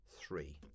Three